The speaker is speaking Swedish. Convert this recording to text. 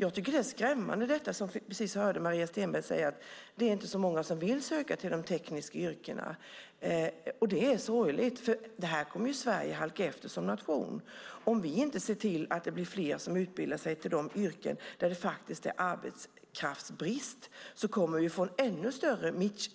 Jag tycker att det som vi precis hörde Maria Stenberg säga är skrämmande, att det inte är så många som vill söka till de tekniska yrkena. Det är sorgligt, för här kommer Sverige att halka efter som nation. Om vi inte ser till att det blir fler som utbildar sig till de yrken där det faktiskt är arbetskraftsbrist kommer vi att få en ännu större